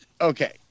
Okay